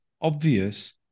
obvious